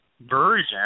Version